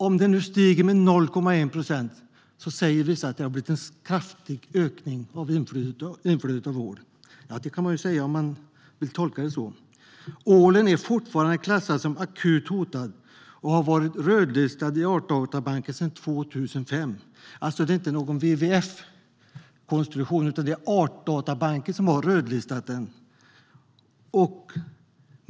Om det stiger med 0,1 procent säger vissa att det är en kraftig ökning av inflödet av ål. Det kan man ju säga om man vill tolka det så. Ålen är fortfarande klassad som akut hotad och har varit rödlistad i Artdatabanken sedan 2005. Det är alltså ingen WWF-konstruktion, utan ålen är rödlistad i Artdatabanken.